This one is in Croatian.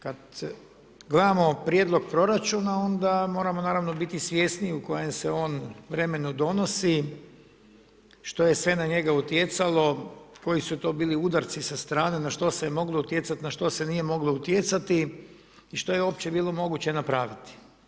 Kad gledamo Prijedlog proračuna onda moramo naravno trebamo biti svjesni u kojem se on vremenu donosi, što je sve na njega utjecalo, koji su to bili udarci sa strane, na što se moglo utjecati, na što se nije moglo utjecati i što je opće bilo moguće napraviti.